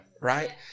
Right